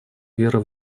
вера